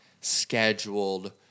scheduled